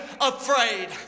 afraid